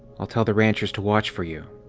i'll tell the ranchers to watch for you.